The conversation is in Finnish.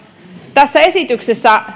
tässä esityksessä